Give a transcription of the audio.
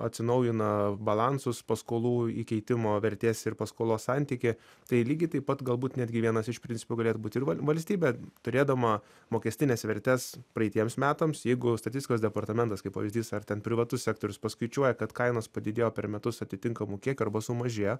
atsinaujina balansus paskolų įkeitimo vertės ir paskolos santykį tai lygiai taip pat galbūt netgi vienas iš principų galėtų būt ir valstybė turėdama mokestines vertes praeitiems metams jeigu statistikos departamentas kaip pavyzdys ar ten privatus sektorius paskaičiuoja kad kainos padidėjo per metus atitinkamu kiekiu arba sumažėjo